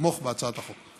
לתמוך בהצעת החוק.